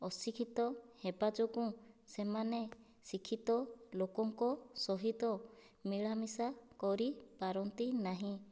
ଅଶିକ୍ଷିତ ହେବା ଯୋଗୁଁ ସେମାନେ ଶିକ୍ଷିତ ଲୋକଙ୍କ ସହିତ ମିଳାମିଶା କରି ପାରନ୍ତିନାହିଁ